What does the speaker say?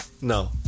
No